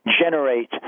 generate